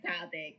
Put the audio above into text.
topic